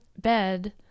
bed